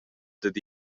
dad